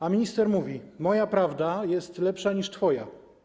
A minister mówi: Moja prawda jest lepsza niż twoja.